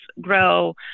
grow